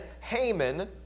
Haman